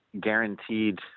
guaranteed